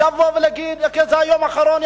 לבוא להגיד: זה היום האחרון,